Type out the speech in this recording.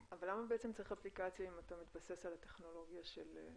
אז למה בעצם צריך אפליקציה אם אתה מתבסס על הטכנולוגיה שלהן?